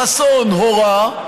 חסון הורה,